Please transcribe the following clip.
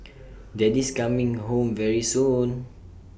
daddy's coming home very soon